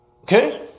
Okay